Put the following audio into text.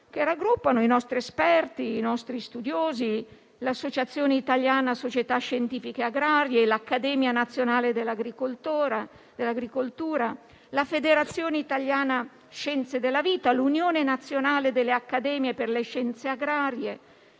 che raggruppano i nostri esperti e i nostri studiosi. Le voglio ricordare: l'Associazione italiana società scientifiche agrarie, l'Accademia nazionale dell'agricoltura, la Federazione italiana scienze della vita, l'Unione nazionale delle accademie per le scienze agrarie,